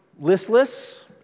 listless